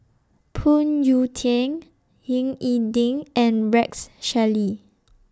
Phoon Yew Tien Ying E Ding and Rex Shelley